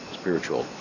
spiritual